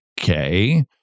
Okay